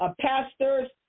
pastor's